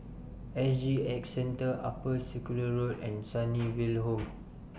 S G X Centre Upper Circular Road and Sunnyville Home